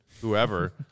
whoever